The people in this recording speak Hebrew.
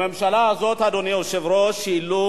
בממשלה הזאת, אדוני היושב-ראש, העלו